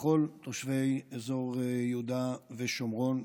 לכל תושבי אזור יהודה ושומרון,